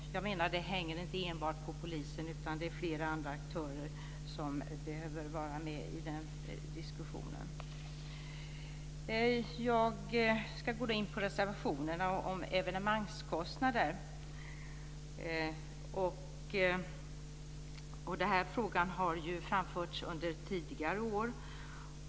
Jag menar att det inte enbart hänger på polisen, utan det är flera andra aktörer som behöver vara med i den diskussionen. Jag går då in på reservationerna om evenemangskostnader. Den frågan har framförts under tidigare år.